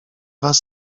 was